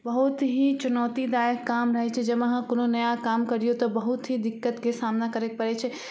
बहुत ही चुनौतीदायक काम रहय छै जाहिमे अहाँ कोनो नया काम करियौ तऽ बहुत ही दिक्कतके सामना करयके पड़य छै